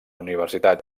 universitat